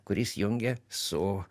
kuris jungia su